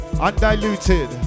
Undiluted